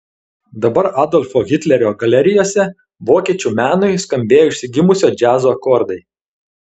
dabar adolfo hitlerio galerijose vokiečių menui skambėjo išsigimusio džiazo akordai